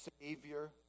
savior